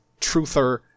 truther